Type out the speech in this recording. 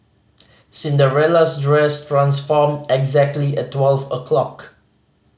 Cinderella's dress transformed exactly at twelve o'clock